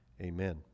Amen